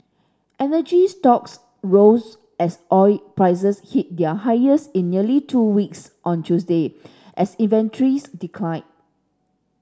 energy stocks rose as oil prices hit their highest in nearly two weeks on Tuesday as inventories declined